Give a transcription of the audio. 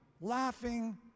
laughing